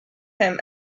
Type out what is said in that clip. him